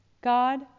God